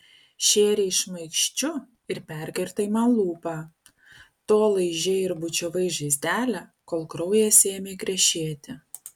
šėrei šmaikščiu ir perkirtai man lūpą tol laižei ir bučiavai žaizdelę kol kraujas ėmė krešėti